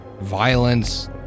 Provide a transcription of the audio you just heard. violence